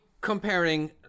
comparing